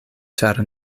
ĉar